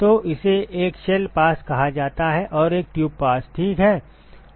तो इसे एक शेल पास कहा जाता है और एक ट्यूब पास ठीक है